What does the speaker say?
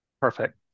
Perfect